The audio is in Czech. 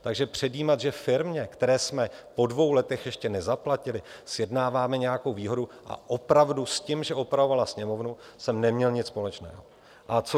Takže předjímat, že firmě, které jsme po dvou letech ještě nezaplatili, sjednáváme nějakou výhodu, a opravdu s tím, že opravovala Sněmovnu, jsem neměl nic společného.